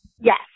Yes